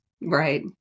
right